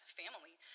family